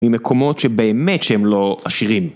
ממקומות שבאמת שהם לא עשירים.